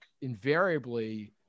invariably –